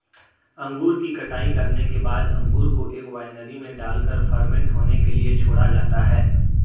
अंगूर की कटाई करने के बाद अंगूर को एक वायनरी में डालकर फर्मेंट होने के लिए छोड़ा जाता है